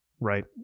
right